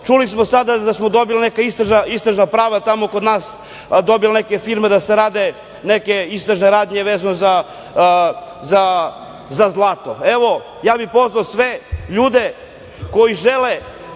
čuli smo sada da smo dobili neka istražna prava tamo kod nas, dobili neke firme da se rade neke istražne radnje vezano za zlato. Evo, ja bih pozvao sve ljude koji žele